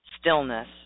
stillness